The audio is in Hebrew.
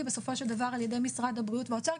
בסופו של דבר על ידי משרד הבריאות והאוצר,